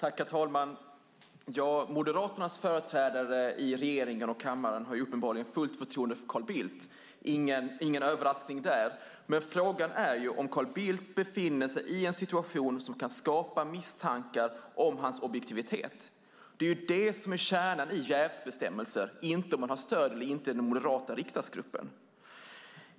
Herr talman! Moderaternas företrädare i regeringen och kammaren har uppenbarligen fullt förtroende för Carl Bildt - ingen överraskning där. Men frågan är om Carl Bildt befinner sig i en situation som kan skapa misstankar om hans objektivitet. Det är ju det som är kärnan i jävsbestämmelser, inte om man har stöd eller inte i den moderata riksdagsgruppen.